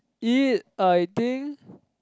eat I think